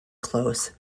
close